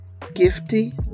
Gifty